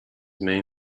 main